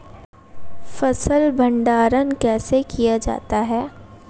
फ़सल भंडारण कैसे किया जाता है?